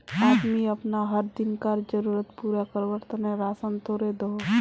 आदमी अपना हर दिन्कार ज़रुरत पूरा कारवार तने राशान तोड़े दोहों